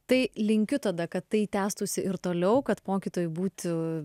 tai linkiu tada kad tai tęstųsi ir toliau kad mokytojai būtų